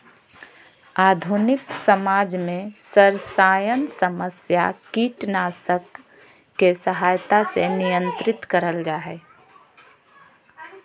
आधुनिक समाज में सरसायन समस्या कीटनाशक के सहायता से नियंत्रित करल जा हई